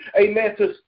amen